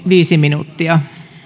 viisi minuuttia